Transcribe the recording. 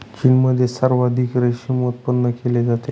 चीनमध्ये सर्वाधिक रेशीम उत्पादन केले जाते